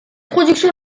production